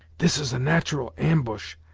this is a nat'ral and-bush,